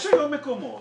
יש היום ישובים